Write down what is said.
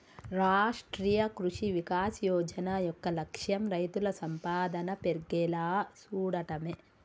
రాష్ట్రీయ కృషి వికాస్ యోజన యొక్క లక్ష్యం రైతుల సంపాదన పెర్గేలా సూడటమే